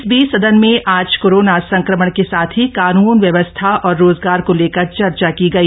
इस बीच सदन में आज कोरोना संक्रमण के साथ ही कानुन व्यवस्था और रोजगार को लेकर चर्चा की गई